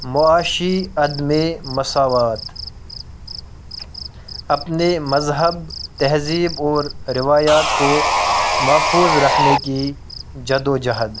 معاشی عدمِ مساوات اپنے مذہب تہذیب اور روایات کو محفوظ رکھنے کی جد وجہد